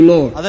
Lord